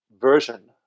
version